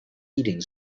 eating